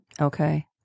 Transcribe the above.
Okay